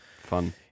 fun